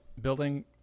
building